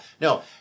No